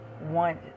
want